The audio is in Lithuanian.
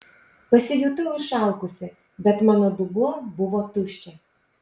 pasijutau išalkusi bet mano dubuo buvo tuščias